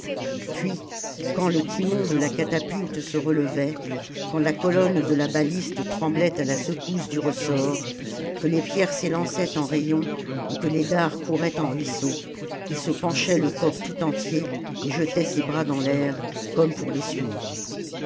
puis quand le timon de la catapulte se relevait quand la colonne de la baliste tremblait à la secousse du ressort que les pierres s'élançaient en rayons et que les dards couraient en ruisseau il se penchait le corps tout entier et jetait ses bras dans l'air comme pour les suivre